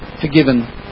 forgiven